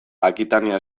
akitania